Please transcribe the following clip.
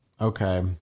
Okay